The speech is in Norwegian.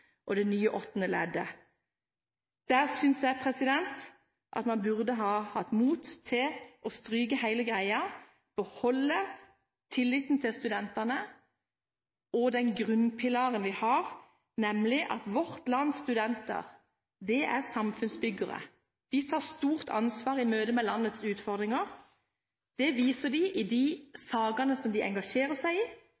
og det nye åttende leddet. Der synes jeg at man burde hatt mot til å stryke hele greia og beholde tilliten til studentene og den grunnpilaren vi har, nemlig at vårt lands studenter er samfunnsbyggere. De tar stort ansvar i møte med landets utfordringer. Det viser de i de